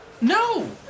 No